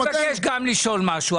אני מבקש לשאול משהו.